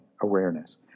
awareness